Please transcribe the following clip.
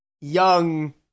young